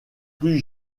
plus